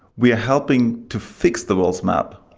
we are helping to fix the world's map,